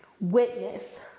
witness